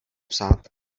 psát